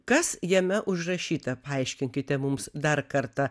kas jame užrašyta paaiškinkite mums dar kartą